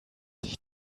sich